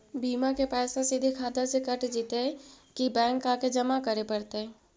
बिमा के पैसा सिधे खाता से कट जितै कि बैंक आके जमा करे पड़तै?